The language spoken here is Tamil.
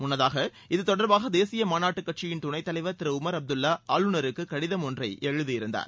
முன்னதாக இது தொடர்பாக தேசிய மாநாட்டு கட்சியின் துணைத் தலைவர் திரு உமர் அப்துல்வா ஆளுநருக்கு கடிதம் ஒன்றை எழுதியிருந்தார்